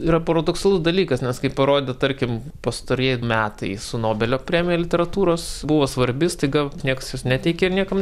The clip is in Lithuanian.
yra paradoksalus dalykas nes kaip parodė tarkim pastarieji metai su nobelio premija literatūros buvo svarbi staiga nieks neteikė ir niekam